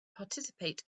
participate